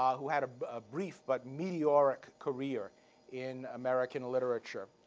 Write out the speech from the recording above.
um who had a ah brief but meteoric career in american literature.